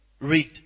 Read